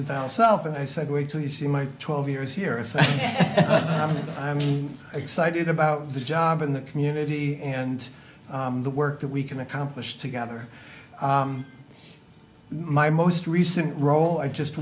without something i said wait till you see my twelve years here is that i mean excited about the job in the community and the work that we can accomplish together my most recent role i just